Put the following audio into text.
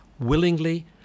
willingly